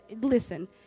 listen